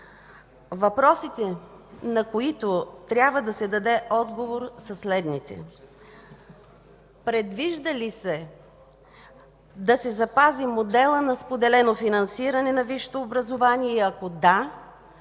Въпросите, на които трябва да се даде отговор, са следните. Предвижда ли се да се запази моделът на споделено финансиране на висшето образование и ако да